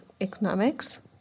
economics